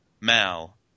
Mal